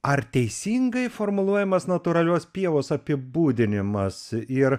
ar teisingai formuluojamas natūralios pievos apibūdinimas ir